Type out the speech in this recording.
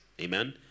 Amen